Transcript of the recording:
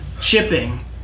shipping